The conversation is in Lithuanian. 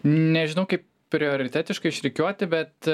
nežinau kaip prioritetiškai išrikiuoti bet